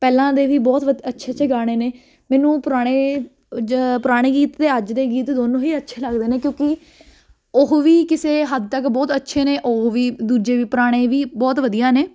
ਪਹਿਲਾਂ ਦੇ ਵੀ ਬਹੁਤ ਅੱਛੇ ਅੱਛੇ ਗਾਣੇ ਨੇ ਮੈਨੂੰ ਪੁਰਾਣੇ ਜ ਪੁਰਾਣੇ ਗੀਤ ਦੇ ਅੱਜ ਦੇ ਗੀਤ ਦੋਨੋਂ ਹੀ ਅੱਛੇ ਲੱਗਦੇ ਨੇ ਕਿਉਂਕਿ ਉਹ ਵੀ ਕਿਸੇ ਹੱਦ ਤੱਕ ਬਹੁਤ ਅੱਛੇ ਨੇ ਉਹ ਵੀ ਦੂਜੇ ਵੀ ਪੁਰਾਣੇ ਵੀ ਬਹੁਤ ਵਧੀਆ ਨੇ